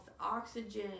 oxygen